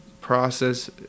process